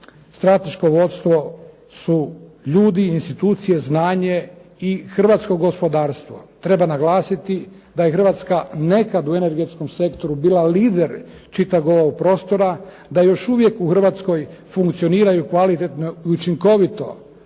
Strateško vodstvo su ljudi, institucije, znanje i hrvatsko gospodarstvo. Treba naglasiti da je Hrvatska nekad u energetskom sektoru bila lider čitavog ovog prostora, da još uvijek u Hrvatskoj funkcioniraju kvalitetno i učinkovito